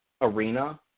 arena